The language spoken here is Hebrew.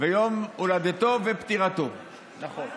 יום הולדתו ופטירתו, נכון.